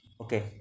Okay